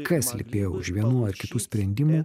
kas slypėjo už vienų ar kitų sprendimų